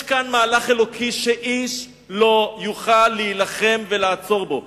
יש כאן מהלך אלוקי שאיש לא יוכל להילחם ולעצור בו,